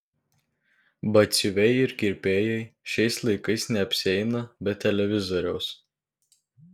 batsiuviai ir kirpėjai šiais laikais neapsieina be televizoriaus